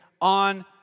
on